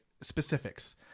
specifics